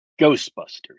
Ghostbusters